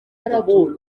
gatatu